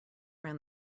ran